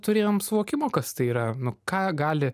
turėjom suvokimo kas tai yra nu ką gali